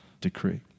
decree